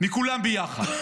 מכולם ביחד.